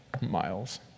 Miles